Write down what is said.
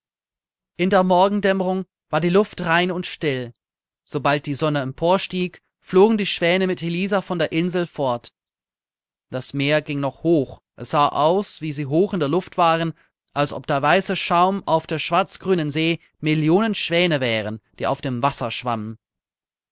in der morgendämmerung war die luft rein und still sobald die sonne emporstieg flogen die schwäne mit elisa von der insel fort das meer ging noch hoch es sah aus wie sie hoch in der luft waren als ob der weiße schaum auf der schwarzgrünen see millionen schwäne wären die auf dem wasser schwammen